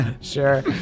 Sure